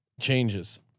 changes